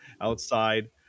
outside